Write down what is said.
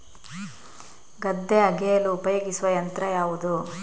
ಗದ್ದೆ ಅಗೆಯಲು ಉಪಯೋಗಿಸುವ ಯಂತ್ರ ಯಾವುದು?